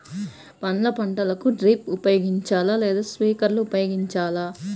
పండ్ల పంటలకు డ్రిప్ ఉపయోగించాలా లేదా స్ప్రింక్లర్ ఉపయోగించాలా?